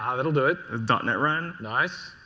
um that'll do it. dot net run. nice.